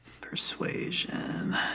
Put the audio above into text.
Persuasion